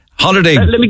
Holiday